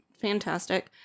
Fantastic